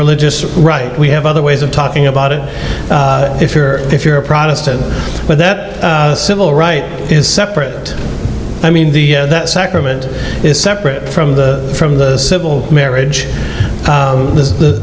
religious right we have other ways of talking about it if you're if you're a protestant but that civil right is separate i mean the sacrament is separate from the from the civil marriage